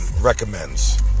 recommends